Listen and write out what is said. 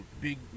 big